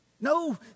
No